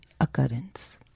occurrence